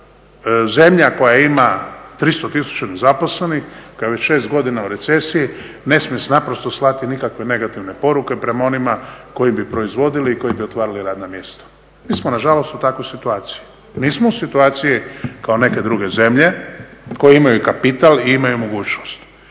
tada zemlja koja ima 300 tisuća nezaposlenih, koja je već 6 godina u recesiji ne smije slati nikakve negativne poruke prema onima koji bi proizvodili i koji bi otvarali radna mjesta. Mi smo nažalost u takvoj situaciji. Nismo u situaciji kao neke druge zemlje koje imaju kapital i imaju mogućnost,